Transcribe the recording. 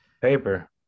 paper